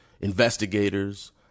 investigators